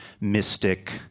mystic